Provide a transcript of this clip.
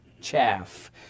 chaff